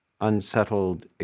unsettled